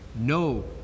no